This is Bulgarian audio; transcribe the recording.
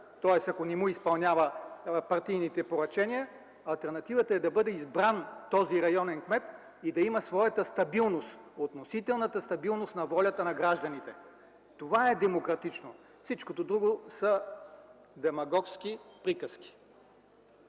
тоест ако не му изпълнява партийните поръчения. Алтернативата е да бъде избран този районен кмет и да има своята стабилност, относителната стабилност на волята на гражданите. Това е демократичното. Всичко друго са демагогски приказки.